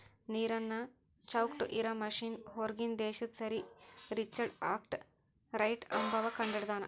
ನೀರನ್ ಚೌಕ್ಟ್ ಇರಾ ಮಷಿನ್ ಹೂರ್ಗಿನ್ ದೇಶದು ಸರ್ ರಿಚರ್ಡ್ ಆರ್ಕ್ ರೈಟ್ ಅಂಬವ್ವ ಕಂಡಹಿಡದಾನ್